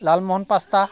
লালমোহন পাঁচটা